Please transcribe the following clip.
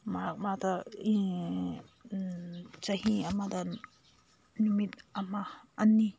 ꯃꯔꯛ ꯃꯔꯛꯇ ꯆꯍꯤ ꯑꯃꯗ ꯅꯨꯃꯤꯠ ꯑꯃ ꯑꯅꯤ